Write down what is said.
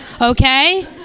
okay